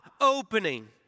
opening